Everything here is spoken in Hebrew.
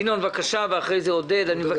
עודד פורר, בבקשה, ואחרי כן ינון